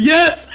Yes